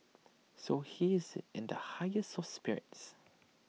so he is in the highest of spirits